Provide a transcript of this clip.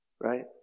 right